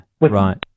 right